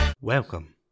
Welcome